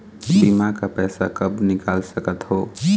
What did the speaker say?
बीमा का पैसा कब निकाल सकत हो?